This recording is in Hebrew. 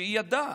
שהיא ידעה.